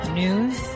news